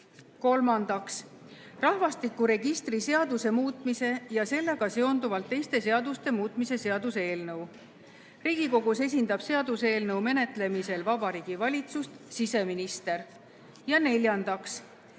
Kolmandaks, rahvastikuregistri seaduse muutmise ja sellega seonduvalt teiste seaduste muutmise seaduse eelnõu. Riigikogus esindab seaduseelnõu menetlemisel Vabariigi Valitsust siseminister. Ja neljandaks,